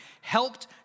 helped